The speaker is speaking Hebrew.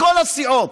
מכל הסיעות.